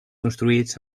construïts